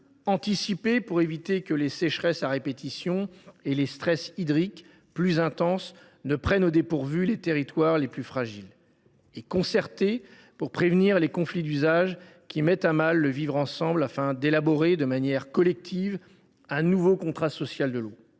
anticipation, pour éviter que les sécheresses à répétition et les stress hydriques plus intenses ne prennent au dépourvu les territoires les plus fragiles ; concertation, pour prévenir les conflits d’usage qui mettent à mal le vivre ensemble, afin d’élaborer de manière collective un nouveau « contrat social de l’eau